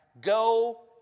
Go